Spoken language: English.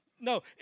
No